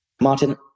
Martin